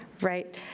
Right